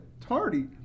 tardy